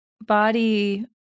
body